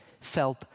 felt